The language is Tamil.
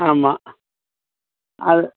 ஆமாம் அது